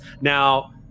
now